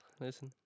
Listen